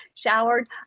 showered